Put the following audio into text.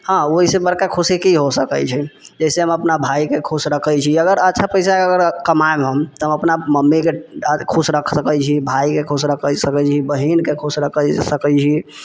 हँ ओहिसँ बड़का खुशी की हो सकै छै जैसे हम अपना भायके खुश रखै छी अगर अच्छा पैसा अगर कमायम हम तऽ अपना मम्मीके खुश रख सकै छी भायके खुश रख सकै छी बहिनके खुश रख सकै छी